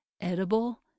edible